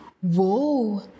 whoa